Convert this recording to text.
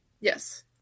Yes